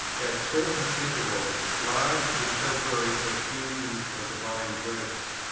at certain intervals, large and temporary effusions of divine grace.